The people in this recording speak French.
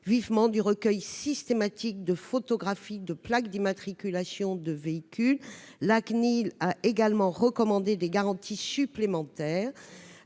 inquiété du « recueil systématique des photographies de plaques d'immatriculation des véhicules ». La CNIL a également recommandé des garanties supplémentaires.